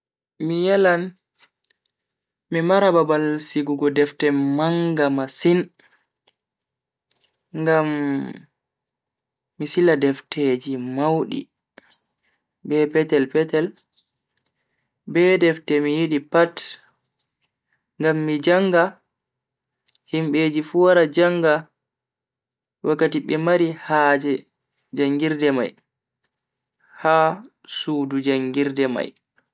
Mi yelan mi mara babal sigugo defte manga masin ngam mi sila defteji maudi be petel-petel be defte mi yidi pat ngam mi janga himbeji fu wara janga wakkati be mari haaje jangirde mai ha suudu jangirde mai.